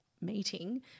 meeting